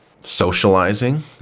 Socializing